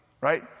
Right